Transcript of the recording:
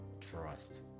trust